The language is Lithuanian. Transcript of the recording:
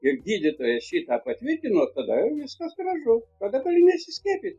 ir gydytojas šį tą patvirtino tada jau viskas gražu tada gali nesiskiepyt